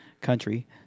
country